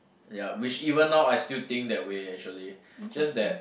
ya which even now I still think that way actually just that